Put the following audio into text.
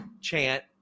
chant